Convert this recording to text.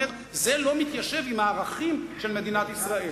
אומר: זה לא מתיישב עם הערכים של מדינת ישראל.